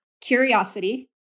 Curiosity